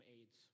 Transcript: AIDS